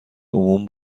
عموم